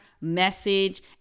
message